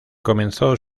comenzó